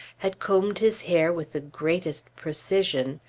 had combed his hair with the greatest precision,